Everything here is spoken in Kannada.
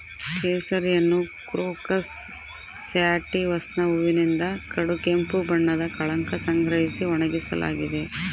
ಕೇಸರಿಯನ್ನುಕ್ರೋಕಸ್ ಸ್ಯಾಟಿವಸ್ನ ಹೂವಿನಿಂದ ಕಡುಗೆಂಪು ಬಣ್ಣದ ಕಳಂಕ ಸಂಗ್ರಹಿಸಿ ಒಣಗಿಸಲಾಗಿದೆ